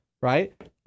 right